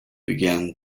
began